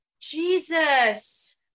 Jesus